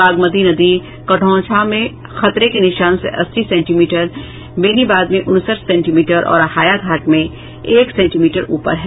बागमती नदी कटौंझा में खतरे के निशान से अस्सी सेंटीमीटर बेनीबाद में उनसठ सेंटीमीटर और हायाघाट में एक सेंटीमीटर ऊपर है